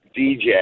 dj